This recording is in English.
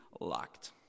locked